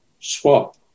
Swap